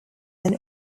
than